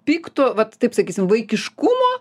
pykto vat taip sakysim vaikiškumo